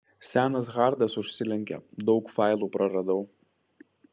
senas hardas užsilenkė daug failų praradau